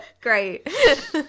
great